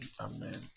Amen